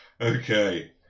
Okay